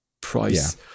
price